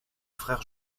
frère